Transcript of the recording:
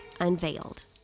unveiled